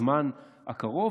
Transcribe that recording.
בזמן הקרוב?